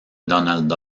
donald